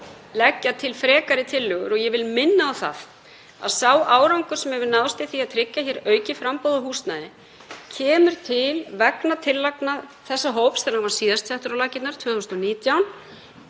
leggja til frekari tillögur. Ég vil minna á það að sá árangur sem náðst hefur, í því að tryggja aukið framboð á húsnæði, kemur til vegna tillagna þessa hóps þegar hann var síðast settur á laggirnar, 2019.